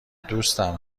دوستم